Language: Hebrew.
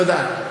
תודה.